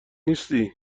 نیستی